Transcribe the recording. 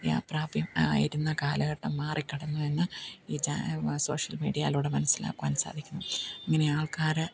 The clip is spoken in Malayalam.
അപ്രാപ്യം ആയിരുന്ന കാലഘട്ടം മാറിക്കടന്നു എന്ന് ഈ ചാനൽ സോഷ്യൽ മീഡിയയിലൂടെ മനസ്സിലാക്കുവാൻ സാധിക്കുന്നു ഇങ്ങനെ ആൾക്കാർ